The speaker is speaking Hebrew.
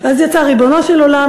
ואז יצא ריבונו של עולם,